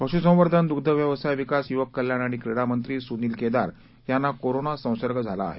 पश्संवर्धन दुग्ध व्यवसाय विकास युवक कल्याण आणि क्रीडा मंत्री सुनील केदार यांना कोरोना संसर्ग झाला आहे